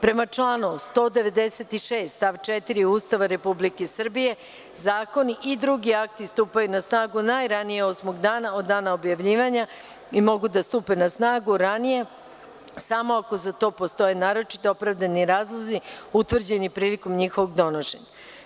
Prema članu 196. stav 4. Ustava Republike Srbije zakoni i drugi akti stupaju na snagu najranije osmog dana od dana objavljivanja i mogu da stupe na snagu ranije samo ako za to postoje naročito opravdani razlozi utvrđeni prilikom njihovog donošenja.